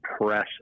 press